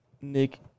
Nick